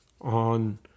on